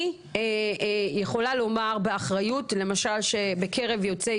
אני יכולה לומר באחריות למשל שבקרב יוצאי